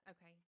Okay